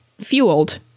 fueled